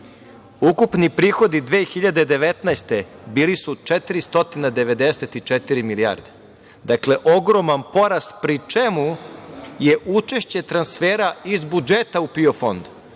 Ukupni prihodi 2019. godine bili su 494 milijarde. Dakle, ogroman porast, pri čemu je učešće transfera iz budžeta u PIO